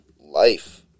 life